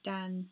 Dan